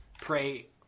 pray